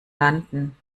landen